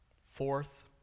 Fourth